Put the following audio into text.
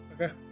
Okay